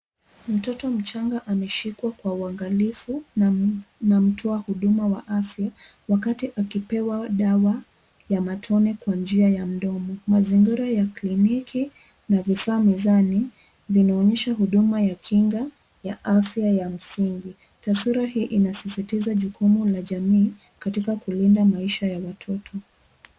Mtoto mchanga ameshikwa kwa uangalifu na mtoa huduma wa afya wakati akipewa dawa ya matone kwa njia ya mdomo. Mazingira ya kliniki na vifaa mezani vinaonyesha huduma ya kinga ya afya ya msingi. Taswira hii inasisistiza jukumu la jamii katika kulinda maisha ya watoto.